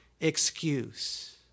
excuse